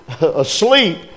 asleep